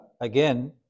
again